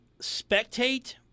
spectate